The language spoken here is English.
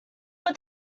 but